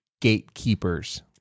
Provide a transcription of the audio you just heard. gatekeepers